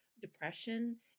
depression